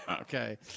okay